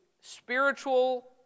spiritual